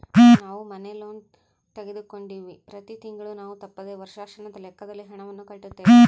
ನಾವು ಮನೆ ಲೋನ್ ತೆಗೆದುಕೊಂಡಿವ್ವಿ, ಪ್ರತಿ ತಿಂಗಳು ನಾವು ತಪ್ಪದೆ ವರ್ಷಾಶನದ ಲೆಕ್ಕದಲ್ಲಿ ಹಣವನ್ನು ಕಟ್ಟುತ್ತೇವೆ